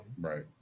Right